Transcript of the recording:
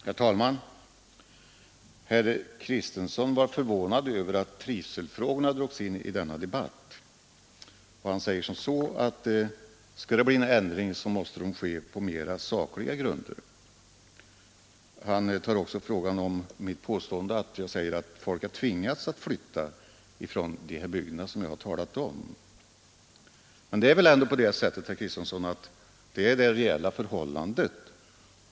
Herr talman! Herr Kristenson var förvånad över att trivselfrågorna drogs in i denna debatt och sade att en ändring måste ske på mera sakliga grunder. Han berörde också mitt påstående att folk har tvingats flytta från de bygder som jag har talat om. Men så är ju det reella förhållandet.